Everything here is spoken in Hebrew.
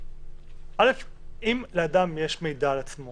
אם לאדם יש מידע על עצמו